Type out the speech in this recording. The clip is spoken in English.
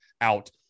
out